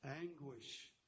anguish